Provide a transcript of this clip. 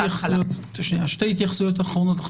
שתי התייחסויות אחרות.